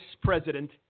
president